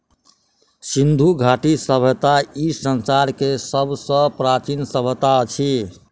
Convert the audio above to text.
सिंधु घाटी सभय्ता ई संसार के सब सॅ प्राचीन सभय्ता अछि